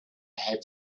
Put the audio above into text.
have